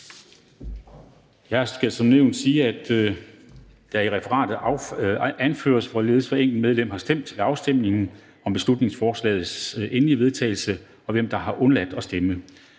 Jeg skal som nævnt sige, at det i referatet anføres, hvorledes hvert enkelt medlem har stemt ved afstemningen om beslutningsforslagets endelige vedtagelse, og hvem, der har undladt at stemme.